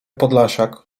podlasiak